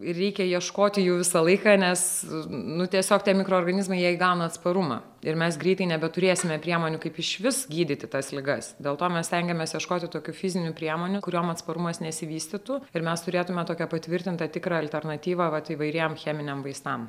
reikia ieškoti jų visą laiką nes nu tiesiog tie mikroorganizmai jie įgauna atsparumą ir mes greitai nebeturėsime priemonių kaip išvis gydyti tas ligas dėl to mes stengiamės ieškoti tokių fizinių priemonių kuriom atsparumas nesivystytų ir mes turėtume tokią patvirtintą tikrą alternatyvą vat įvairiem cheminiam vaistam